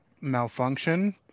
malfunction